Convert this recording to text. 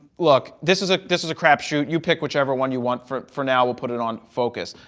look, this is ah this is a crapshoot. you pick whichever one you want. for for now we'll put it on focus.